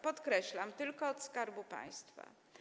Podkreślam: tylko od Skarbu Państwa.